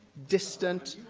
distant,